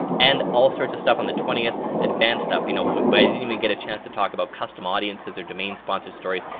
and all sorts of stuff on the twentieth, advanced stuff, you know i didn't even get a chance to talk about custom audiences or domain sponsored stories.